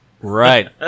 right